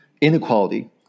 inequality